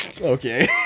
Okay